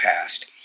past